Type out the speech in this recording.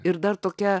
ir dar tokia